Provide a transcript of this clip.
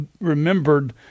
remembered